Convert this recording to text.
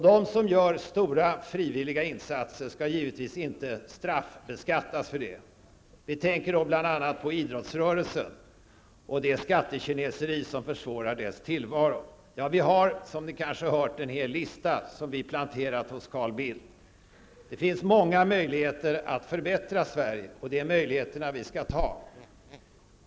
De som gör stora frivilliga insatser skall givetvis inte straffbeskattas för det -- vi tänker då bl.a. på idrottsrörelsen och det skattekineseri som försvårar dess tillvaro. Vi har, som ni kanske hör, en hel lista som vi planterat hos Carl Bildt. Det finns många möjligheter att förbättra Sverige, och det är möjligheter som vi skall ta.